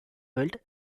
built